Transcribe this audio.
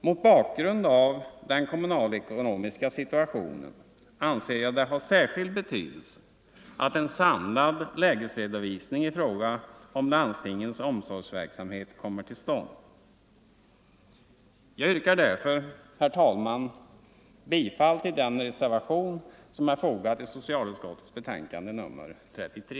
Mot bakgrund av den kommunalekonomiska situationen anser jag det ha särskild betydelse att en samlad lägesredovisning i fråga om landstingens omsorgsverksamhet kommer till stånd. Jag yrkar därför, herr talman, bifall till den reservation som är fogad till socialutskottets betänkande nr 33.